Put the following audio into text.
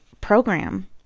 program